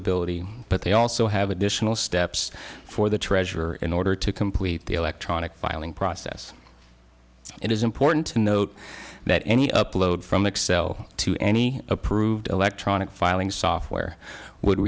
ability but they also have additional steps for the treasurer in order to complete the electronic filing process it is important to note that any upload from excel to any approved electronic filing software would